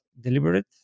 deliberate